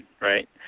right